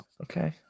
Okay